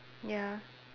ya